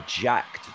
jacked